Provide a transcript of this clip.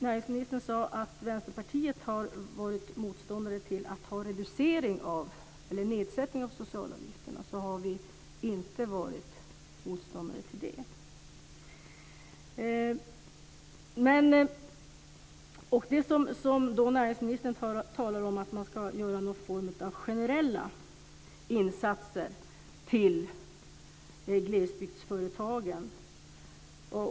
Näringsministern sade att Vänsterpartiet har varit motståndare till en nedsättning av socialavgifterna. Det har vi inte varit. Näringsministern talar om att man ska göra någon form av generella insatser för glesbygdsföretagen.